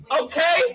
okay